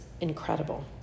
incredible